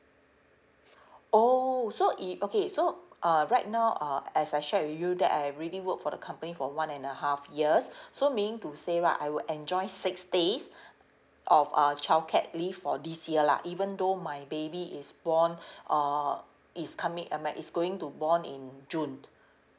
oh so it okay so uh right now uh as I shared with you that I already worked for the company for one and a half years so meaning to say right I will enjoy six days of uh childcare leave for this year lah even though my baby is born uh is coming I me~ is going to born in june